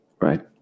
Right